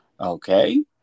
Okay